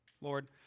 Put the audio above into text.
Lord